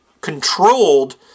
controlled